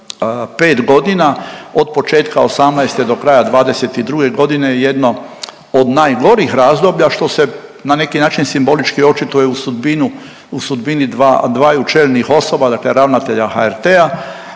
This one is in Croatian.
od početka '18. do kraja '22. g. je jedno od najgorih razdoblja, što se na neki način simbolički očituje u sudbinu, u sudbini dvaju čelnih osoba, dakle ravnatelja HRT-a,